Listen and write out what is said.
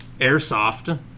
Airsoft